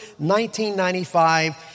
1995